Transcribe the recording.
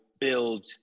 build